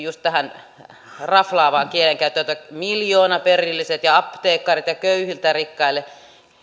just tähän sdpn raflaavaan kielenkäyttöön miljoonaperilliset ja apteekkarit ja köyhiltä rikkaille